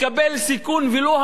ולו המועט ביותר,